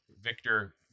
Victor